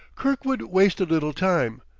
kirkwood wasted little time,